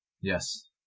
Yes